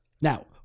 Now